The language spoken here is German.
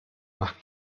nach